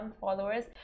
followers